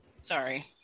Sorry